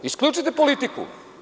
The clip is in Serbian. Isključite politiku.